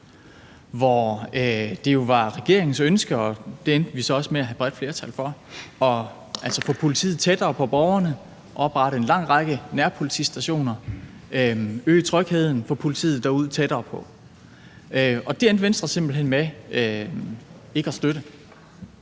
hvor det jo var regeringens ønske – og det endte vi så også med at have bredt flertal for – atfå politiet derude tættere på borgerne, oprette en lang række nærpolitistationer og øge trygheden. Det endte Venstre simpelt hen med ikke at støtte,